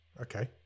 okay